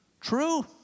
True